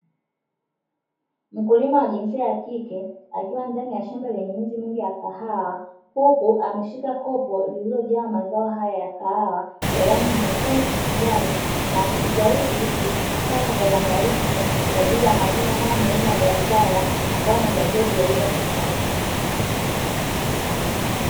Mkulima wa jinsia ya kike akiwa ndani ya shamba lenye miti mingi ya kahawa, huku ameshika kopo lililojaa mazao haya ya kahawa ya rangi nyekundu kijani, na akijitahidi kuzikusanya kwa uangalifu kwa ajili ya mavuno haya muhimu ya biashara, ambayo anatarajia kuyauza sokoni.